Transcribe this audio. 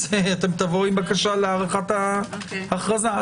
תבואו עם בקשה להארכת ההכרזה.